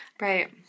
Right